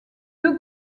deux